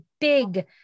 big